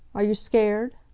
are you scared?